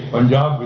and